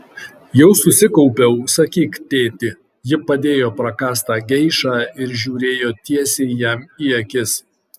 jau susikaupiau sakyk tėti ji padėjo prakąstą geišą ir žiūrėjo tiesiai jam į akis